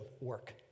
work